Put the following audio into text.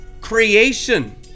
creation